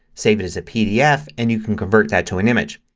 save it as a pdf and you can convert that to an image.